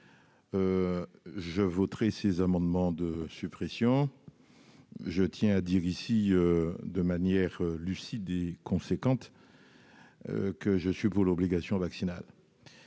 Je voterai ces amendements de suppression. Je tiens à dire ici de manière lucide que je suis pour l'obligation vaccinale